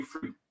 free